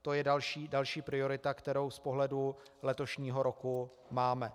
To je další priorita, kterou z pohledu letošního roku máme.